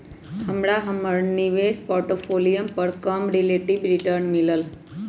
हमरा हमर निवेश पोर्टफोलियो पर कम रिलेटिव रिटर्न मिलल